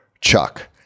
Chuck